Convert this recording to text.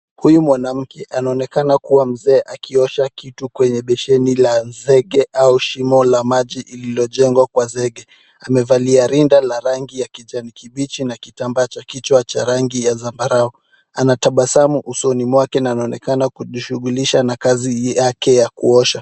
Huyu mwanamke anaonekana kuwa mzee akiosha kitu kwenye besheni la zege au shimo la maji lililojengwa kwa zege. Amevalia rinda la rangi ya kijani kibichi na kitambaa cha kichwa cha rangi ya zambarau. Anatabasamu usoni mwake na anaonekana kujishughulisha na kazi hii yake ya kuosha.